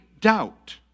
doubt